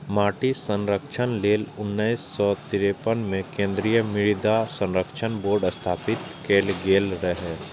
माटिक संरक्षण लेल उन्नैस सय तिरेपन मे केंद्रीय मृदा संरक्षण बोर्ड स्थापित कैल गेल रहै